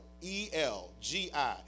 E-L-G-I